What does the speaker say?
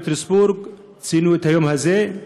פטרסבורג ציינו את היום הזה.